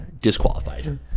disqualified